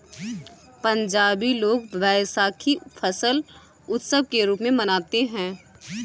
पंजाबी लोग वैशाखी फसल उत्सव के रूप में मनाते हैं